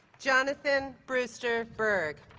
jonathan brewster berg